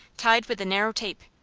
tied with a narrow tape.